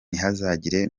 ntihazagire